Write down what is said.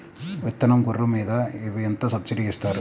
విత్తనం గొర్రు మీద ఎంత సబ్సిడీ ఇస్తారు?